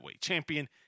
Champion